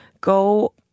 go